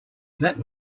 that